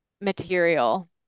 material